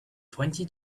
twenty